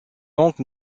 donc